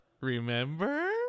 Remember